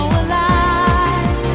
alive